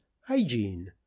hygiene